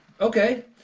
okay